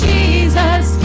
Jesus